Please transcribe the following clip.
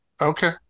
Okay